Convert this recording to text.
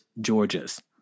Georgia's